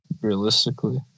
realistically